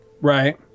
Right